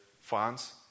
funds